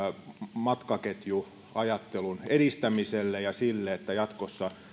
matkaketjuajattelumme edistämiselle ja sille että jatkossa